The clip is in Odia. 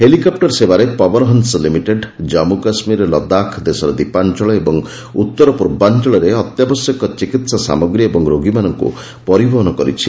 ହେଲିକପ୍ଟର ସେବାରେ ପବନହଂସ ଲିମିଟେଡ୍ ଜନ୍ମୁ କାଶ୍ମୀର ଲଦାଖ୍ ଦେଶର ଦ୍ୱୀପାଞ୍ଚଳ ଓ ଉତ୍ତର ପୂର୍ବାଞ୍ଚଳରେ ଅତ୍ୟାବଶ୍ୟକ ଚିକିତ୍ସା ସାମଗ୍ରୀ ଓ ରୋଗୀମାନଙ୍କୁ ପରିବହନ କରିଛି